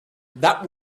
that